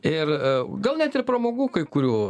ir gal net ir pramogų kai kurių